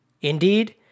Indeed